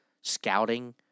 scouting